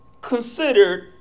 considered